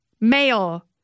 male